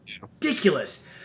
ridiculous